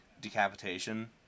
decapitation